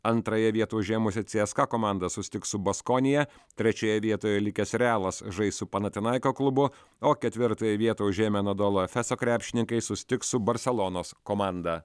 antrąją vietą užėmusi cska komanda susitiks su baskonija trečioje vietoje likęs realas žais su panatinaiko klubu o ketvirtąją vietą užėmę anadolu efeso krepšininkai susitiks su barselonos komanda